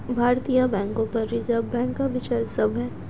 भारतीय बैंकों पर रिजर्व बैंक का वर्चस्व है